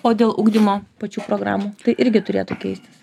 o dėl ugdymo pačių programų tai irgi turėtų keistis